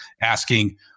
asking